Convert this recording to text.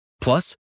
Plus